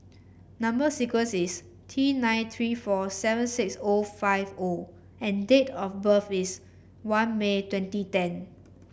number sequence is T nine three four seven six O five O and date of birth is one May twenty ten